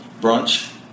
brunch